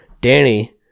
Danny